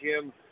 Jim